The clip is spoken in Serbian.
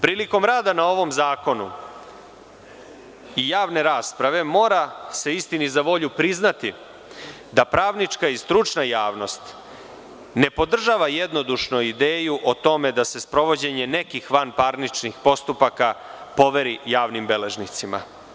Prilikom rada na ovom zakonu i javne rasprave mora se, istini za volju, priznatida pravnička i stručna javnost ne podržava jednodušno ideju o tome da se sprovođenje nekih vanparničnih postupaka poveri javnim beležnicima.